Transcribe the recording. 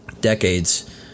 decades